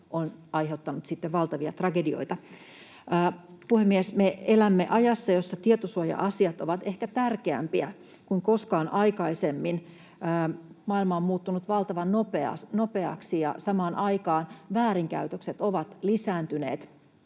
on aiheuttanut sitten valtavia tragedioita. Puhemies! Me elämme ajassa, jossa tietosuoja-asiat ovat ehkä tärkeämpiä kuin koskaan aikaisemmin. Maailma on muuttunut valtavan nopeaksi, ja samaan aikaan väärinkäytökset ovat lisääntyneet.